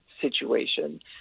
situation